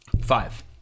Five